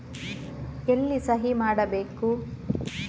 ಎಲ್ಲಿ ಸಹಿ ಮಾಡಬೇಕು?